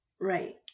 Right